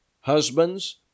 Husbands